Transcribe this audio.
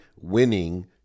winning